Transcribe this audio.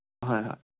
ꯑꯍꯣꯏ ꯍꯣꯏ